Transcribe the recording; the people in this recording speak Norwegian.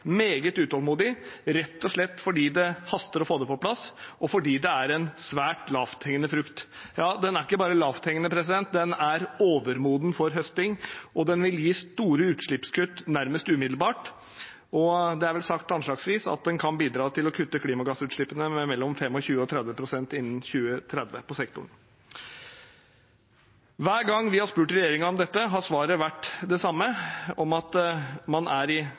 meget utålmodige, rett og slett fordi det haster med å få det på plass, og fordi det er en svært lavthengende frukt. Den er ikke bare lavthengende, den er overmoden for innhøsting, og det vil gi store utslippskutt nærmest umiddelbart. Det er vel sagt at det kan bidra til å kutte klimagassutslippene med anslagsvis 25–30 pst. innen 2030 i sektoren. Hver gang vi har spurt regjeringen om dette, har svaret vært det samme: Man er i